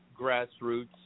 grassroots